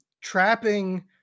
trapping